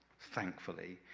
thankfully,